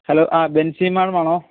hello ആ ബെൻസീ മേഡമാണോ